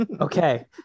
Okay